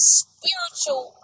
spiritual